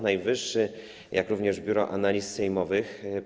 Najwyższy, jak również Biuro Analiz Sejmowych.